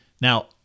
Now